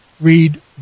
read